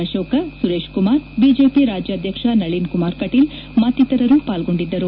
Ashoka Suresh Kumar BJP ರಾಜ್ಯಾಧ್ಯಕ್ಷ ನಳನ್ ಕುಮಾರ್ ಕಟೀಲ್ ಮತ್ತಿತರರು ಪಾಲ್ಗೊಂಡಿದ್ದರು